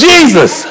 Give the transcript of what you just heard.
Jesus